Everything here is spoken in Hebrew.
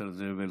השר זאב אלקין.